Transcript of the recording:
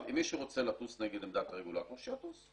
אם מישהו רוצה לטוס נגד עמדת הרגולטור, שיטוס.